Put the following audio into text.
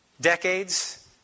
decades